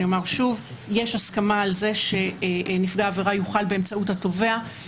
אני אומר שוב: יש הסכמה על זה שנפגע עבירה יוכל באמצעות התובע.